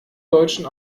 deutschen